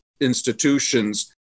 institutions